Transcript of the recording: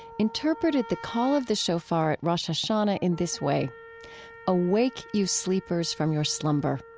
interpreted the call of the shofar at rosh hashanah in this way awake, you sleepers, from your slumber.